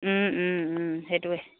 সেইটোৱে